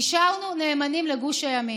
נשארנו נאמנים לגוש הימין.